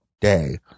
day